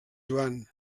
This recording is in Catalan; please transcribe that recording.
joan